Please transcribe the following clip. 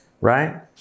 right